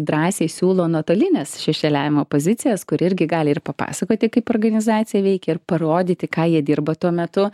drąsiai siūlo nuotolines šešėliavimo pozicijas kur irgi gali ir papasakoti kaip organizacija veikia ir parodyti ką jie dirba tuo metu